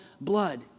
blood